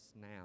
now